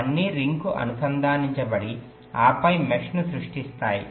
అవన్నీ రింగ్కు అనుసంధానించబడి ఆపై మెష్ను సృష్టిస్తాయి